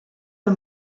del